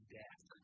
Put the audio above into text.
death